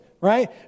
right